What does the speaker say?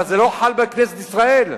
מה, זה לא חל בכנסת ישראל?